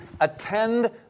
attend